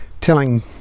telling